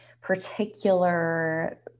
particular